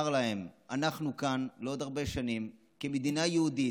להם: אנחנו כאן לעוד הרבה שנים כמדינה יהודית,